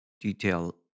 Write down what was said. detail